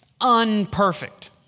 unperfect